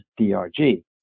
DRG